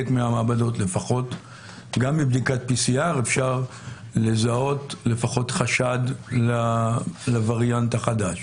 מהמעבדות אפשר לזהות לפחות חשד לווריאנט החדש.